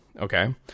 Okay